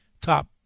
top